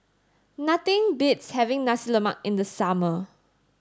nothing beats having Nasi Lemak in the summer